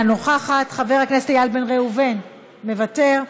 אינה נוכחת, חבר הכנסת איל בן ראובן, מוותר,